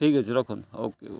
ଠିକ୍ ଅଛି ରଖନ୍ତୁ ଓ କେ ଓ କେ